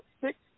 six